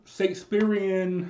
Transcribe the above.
Shakespearean